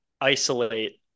isolate